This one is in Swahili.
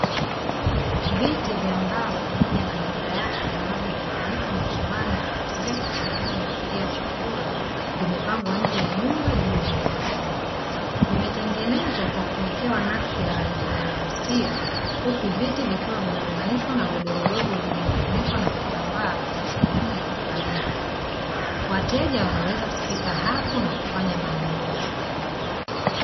Viti vya mbao pamoja na meza yake ambavyo hutumika majumbani kwa kuwekwa sehemu ya kulia chakula, vimepangwa nje ya nyumba juu ya nyasi. Vimetengenezwa kwa kuwekewa nakshi ya rangi inayo vutia huku viti, vikiwa zimeunganishwa na godoro dogo lililofunikwa na kitambaa kwenye sehemu ya kukalia. Wateja wanaweza kufika hapo na kufanya manunuzi.